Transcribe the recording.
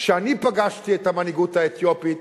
כשאני פגשתי את המנהיגות האתיופית,